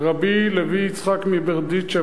רבי לוי יצחק מברדיצ'ב,